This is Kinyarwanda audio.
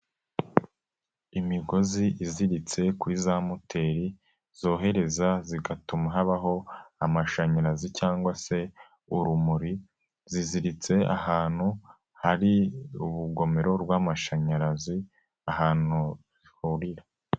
Imigozi iziritse kuri za moteri zohereza zigatuma habaho amashanyarazi cyangwag se urumuri ziziritse ahantu hari urugomero rw'amashanyarazi ahantu bihurira.